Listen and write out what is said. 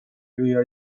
lüüa